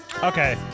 Okay